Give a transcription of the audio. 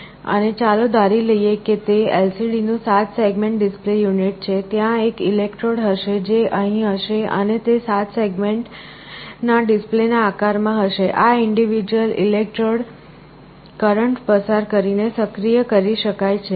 અને ચાલો ધારી લઈએ કે તે LCDનું 7 સેગમેન્ટ ડિસ્પ્લે યુનિટ છે ત્યાં એક ઇલેક્ટ્રોડ હશે જે અહીં હશે અને તે 7 સેગમેન્ટના ડિસ્પ્લેના આકાર માં હશે આ ઇન્ડિવિડ્યુઅલ ઇલેક્ટ્રોડ્સ કરંટ પસાર કરીને સક્રિય કરી શકાય છે